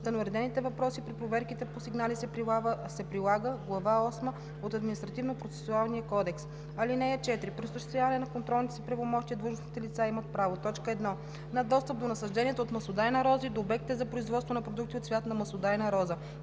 За неуредените въпроси при проверките по сигнали се прилага Глава осма от Административнопроцесуалния кодекс. (4) При осъществяване на контролните си правомощия, длъжностните лица имат право: 1. на достъп до насажденията от маслодайна роза и до обектите за производство на продукти от цвят на маслодайна роза;